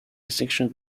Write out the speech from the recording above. distinction